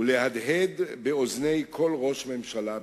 ולהדהד באוזני כל ראש ממשלה בישראל: